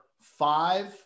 five